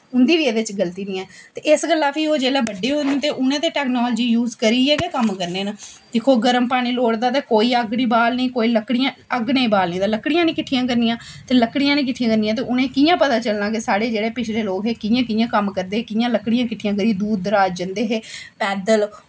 उं'दी बी एह्दे च गल्ती निं ऐ ते इस गल्ला फ्ही जिल्लै ओह् बड्डे होई जंदे ते उ'नें टैकनॉलजी यूज करियै गै कम्म करने न दिक्खो गर्म पानी लोड़दा ते कोई अग्ग निं बालनी कोई लकड़ियां निं अग्ग नेईं बालनी ते लकड़ियां निं किट्ठियां करनियां ते लकड़ियां निं किट्ठियां करनियां ते उ'नेंगी कि'यां पता चलना कि साढ़े जेह्ड़े पिछले लोग हे कि'यां कि'यां कम्म करदे हे कियां लकड़ियां किट्ठियां करियै दूर दराज़ जंदे हे पैदल